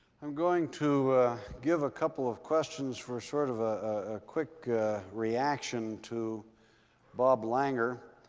i'm going to give a couple of questions for sort of a quick reaction to bob langer.